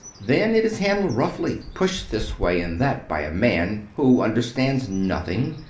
then it is handled roughly, pushed this way and that by a man who under stands nothing,